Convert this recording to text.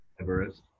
Everest